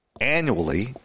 annually